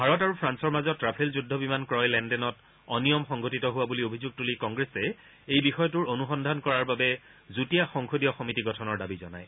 ভাৰত আৰু ফ্ৰান্সৰ মাজত ৰাফেল যুদ্ধ বিমান ক্ৰয় লেন দেনত অনিয়ম সংঘটিত হোৱা বুলি অভিযোগ তুলি কংগ্ৰেছে এই বিষয়টোৰ অনুসন্ধান কৰাৰ বাবে যুটীয়া সংসদীয় সমিতি গঠনৰ দাবী জনায়